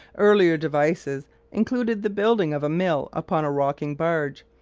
earlier devices included the building of a mill upon a rocking barge,